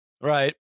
right